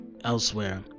elsewhere